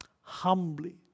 humbly